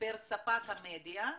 פר שפת המדיה.